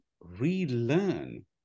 relearn